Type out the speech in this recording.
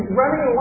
running